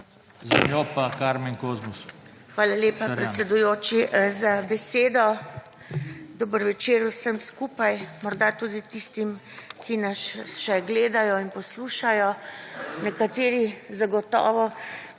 BAH ŽIBERT (PS SDS):** Hvala lepa, predsedujoči, za besedo. Dober večer vsem skupaj, morda tudi tistim, ki nas še gledajo in poslušajo! Nekateri zagotovo,